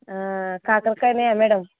కాకరకాయలు ఉన్నాయా మ్యాడమ్